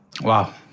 Wow